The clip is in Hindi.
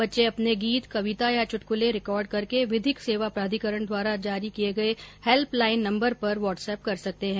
बच्चे अपने गीत कविता या चुटकले रिकॉर्ड करके विधिक सेवा प्राधिकरण द्वारा जारी किए गए हैल्पलाइन नंबर पर व्हाट्सएप कर सकते हैं